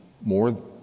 more